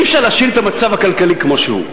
אי-אפשר להשאיר את המצב הכלכלי כמו שהוא.